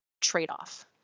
trade-off